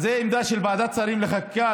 זו העמדה של ועדת השרים לחקיקה,